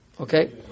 Okay